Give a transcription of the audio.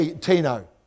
Tino